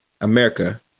America